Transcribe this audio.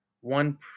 one